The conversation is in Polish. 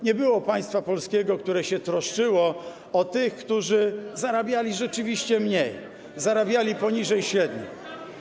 Nie było państwa polskiego, które się troszczyło o tych, którzy zarabiali rzeczywiście mniej, zarabiali poniżej średniej.